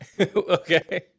Okay